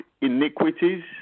iniquities